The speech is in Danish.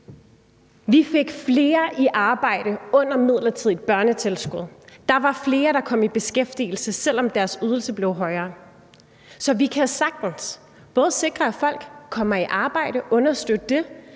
vi fik flere i arbejde, mens der var det midlertidige børnetilskud. Der var flere, der kom i beskæftigelse, selv om deres ydelse blev højere. Så vi kan sagtens både sikre, at folk kommer i arbejde, understøtte det,